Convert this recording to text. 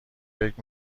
فکر